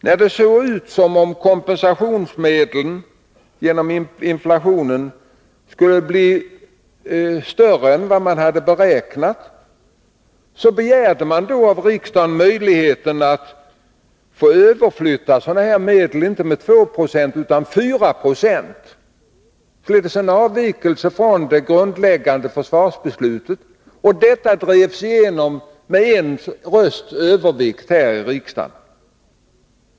När det såg ut som om kompensationsmedlen genom inflationen skulle bli större än vad man hade beräknat, begärde man av riksdagen möjligheten att få överflytta sådana medel, inte med 2 970 utan med 4 96, således en avvikelse från det grundläggande försvarsbeslutet. Detta drevs igenom med en rösts övervikt här i riksdagen.